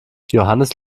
johannes